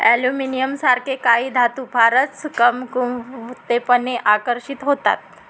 ॲल्युमिनियमसारखे काही धातू फारच कमकुम तेपने आकर्षित होतात